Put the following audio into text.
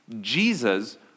Jesus